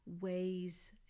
ways